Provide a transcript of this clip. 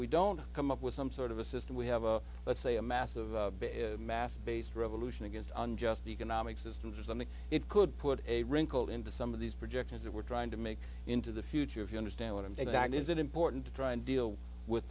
we don't come up with some sort of a system we have a let's say a massive mass based revolution against unjust economic systems or something it could put a wrinkle into some of these projections that we're trying to make into the future if you understand want to think that is it important to try and deal with